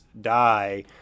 die